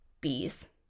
Bees